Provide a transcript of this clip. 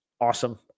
Awesome